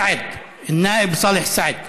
א-נאאב סלאח סעד,